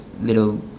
little